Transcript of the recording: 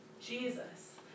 Jesus